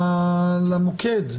למוקד.